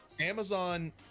Amazon